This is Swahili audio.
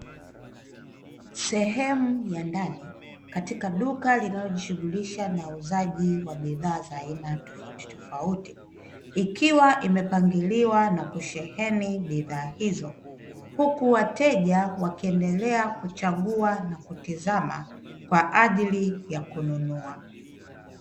Sehemu ya ndani katika duka linalojishughulisha na uuzaji wa bidhaa za aina tofautitofauti ikiwa imepangiliwa na kusheheni bidhaa hizo, huku wateja wakiendelea kuchagua na kutizama kwa ajili ya kununua.